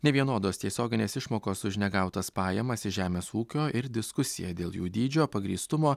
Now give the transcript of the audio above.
nevienodos tiesioginės išmokos už negautas pajamas iš žemės ūkio ir diskusija dėl jų dydžio pagrįstumo